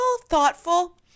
thoughtful